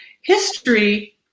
history